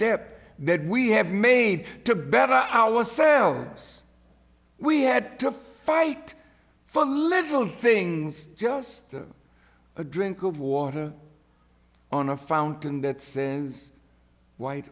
step that we have made to better ourselves we had to fight for the little things just a drink of water on a fountain that was white